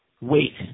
wait